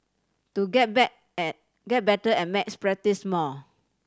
to get bet and get better at maths practice more